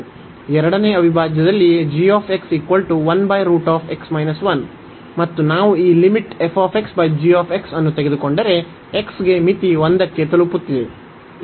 ಎರಡನೇ ಅವಿಭಾಜ್ಯದಲ್ಲಿ g ಮತ್ತು ನಾವು ಈ ಅನ್ನು ತೆಗೆದುಕೊಂಡರೆ x ಗೆ ಮಿತಿ 1 ಕ್ಕೆ ತಲುಪುತ್ತಿದೆ